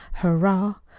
hurrah!